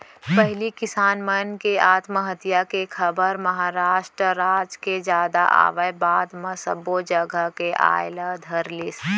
पहिली किसान मन के आत्महत्या के खबर महारास्ट राज म जादा आवय बाद म सब्बो जघा के आय ल धरलिस